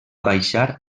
baixar